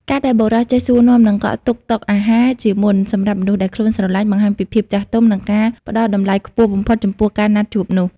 ការដែលបុរសចេះសួរនាំ និងកក់ទុកតុអាហារជាមុនសម្រាប់មនុស្សដែលខ្លួនស្រឡាញ់ បង្ហាញពីភាពចាស់ទុំ និងការផ្ដល់តម្លៃខ្ពស់បំផុតចំពោះការណាត់ជួបនោះ។